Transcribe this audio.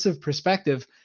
perspective